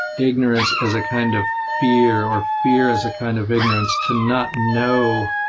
ignorance as a kind of fear, or fear as a kind of ignorance. to not know